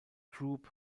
group